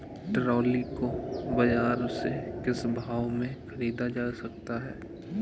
Trolley को बाजार से किस भाव में ख़रीदा जा सकता है?